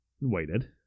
Waited